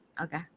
okay